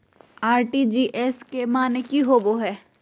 RTGS के माने की होबो है?